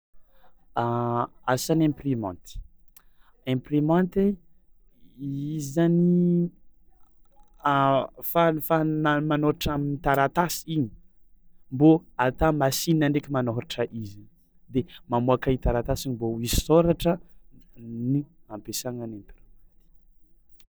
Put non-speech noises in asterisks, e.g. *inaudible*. *hesitation* Asan'ny imprimanty imprimanty i- izy zany *hesitation* falifahana manôratra am'taratasy igny mbô ata masinina ndraiky manôratra izy de mamoàka i taratasy mbô hisy sôratra ny ampiasagna ny imprimanty.